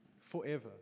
forever